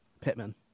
Pittman